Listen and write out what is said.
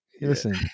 listen